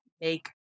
make